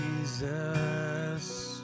Jesus